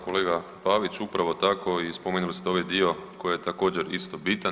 Kolega Paviću upravo tako i spomenuli ste ovaj dio koji je također isto bitan.